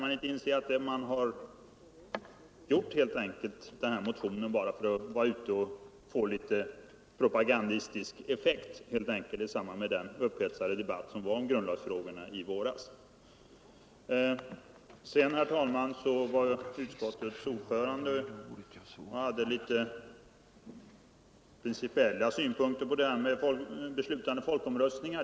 Kan ni inte medge att ni väckte denna motion för att få litet propagandistisk effekt i samband med den upphetsade debatt om grundlagsfrågorna som fördes i våras? Utskottets ordförande hade vissa principiella synpunkter på frågan om beslutande folkomröstningar.